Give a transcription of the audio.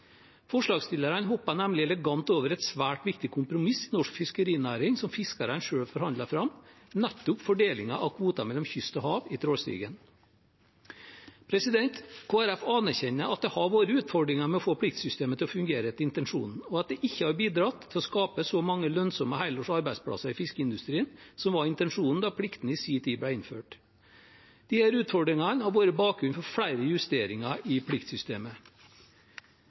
Forslagsstillerne hopper nemlig elegant over et svært viktig kompromiss i norsk fiskerinæring, som fiskerne selv har forhandlet fram, nemlig fordelingen av kvoter mellom kyst og hav i trålstigen. Kristelig Folkeparti anerkjenner at det har vært utfordringer med å få pliktsystemet til å fungere etter intensjonen, og at det ikke har bidratt til å skape så mange lønnsomme helårs arbeidsplasser i fiskeindustrien, som var intensjonen da pliktene i sin tid ble innført. Disse utfordringene har vært bakgrunnen for flere justeringer i pliktsystemet.